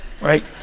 Right